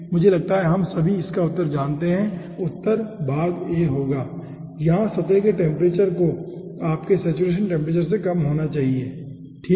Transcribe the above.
मुझे लगता है कि हम सभी इसका उत्तर जानते हैं कि उत्तर भाग a होगा जहां सतह के टेम्परेचर को आपके सैचुरेशन टेम्परेचर से कम होना चाहिए ठीक है